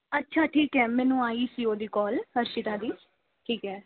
ਅੱਛਾ ਠੀਕ ਹੈ ਮੈਨੂੰ ਆਈ ਸੀ ਉਹਦੀ ਕੌਲ ਹਰਸ਼ੀਤਾ ਦੀ ਠੀਕ ਹੈ